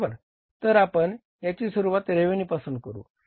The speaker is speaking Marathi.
तर आपण याची सुरुवात रेव्हेन्यू पासून करू